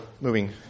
moving